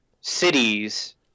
cities